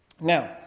Now